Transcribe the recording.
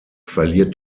verliert